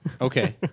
Okay